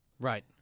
Right